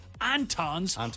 Anton's